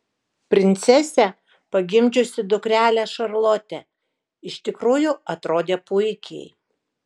princesė pagimdžiusi dukrelę šarlotę iš tikrųjų atrodė puikiai